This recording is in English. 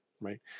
right